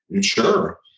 Sure